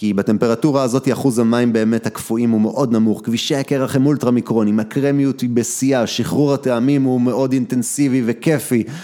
כי בטמפרטורה הזאת אחוז המים באמת הקפואים הוא מאוד נמוך, גבישי הקרח הם אולטרמיקרונים, הקרמיות היא בשיאה, שחרור הטעמים הוא מאוד אינטנסיבי וכיפי